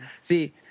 see